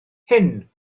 hyn